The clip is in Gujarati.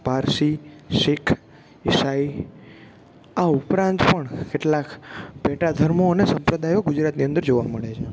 પારસી શીખ ઈસાઈ આ ઉપરાંત પણ કેટલાક પેટા ધર્મો અને સંપ્રદાયો ગુજરાતની અંદર જોવા મળે છે